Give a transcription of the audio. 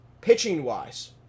pitching-wise